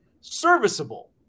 serviceable